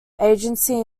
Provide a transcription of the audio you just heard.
agency